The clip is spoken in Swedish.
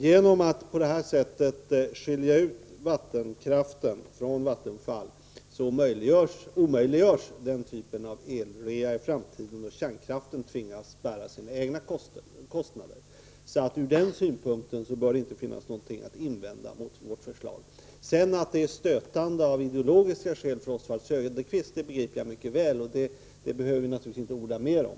Genom att på detta sätt skilja ut vattenkraften från Vattenfall omöjliggörs denna typ av el-rea i framtiden, och kärnkraften tvingas bära sina egna kostnader. Ur den synpunkten bör det inte finnas någonting att invända mot vårt förslag. Att det sedan är stötande av ideologiska skäl för Oswald Söderqvist begriper jag mycket väl, men det behöver vi naturligtvis inte orda mer om.